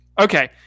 Okay